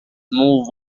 move